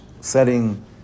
setting